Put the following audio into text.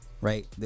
right